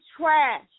trash